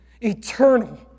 eternal